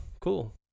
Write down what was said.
Cool